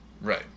Right